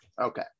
Okay